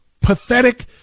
pathetic